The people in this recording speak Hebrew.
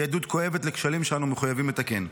היא עדות כואבת לכשלים שאנו מחויבים לתקן.